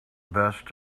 best